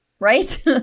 Right